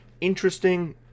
interesting